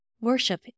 Worship